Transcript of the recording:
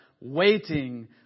waiting